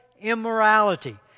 immorality